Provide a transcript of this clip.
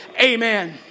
Amen